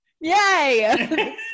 Yay